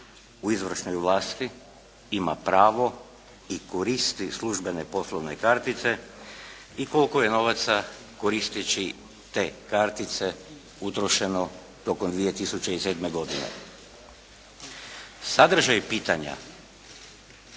u izvršnoj vlasti ima pravo i koristi službene poslovne kartice i koliko je novaca koristeći te kartice utrošeno tokom 2007. godine. Sadržaj pitanja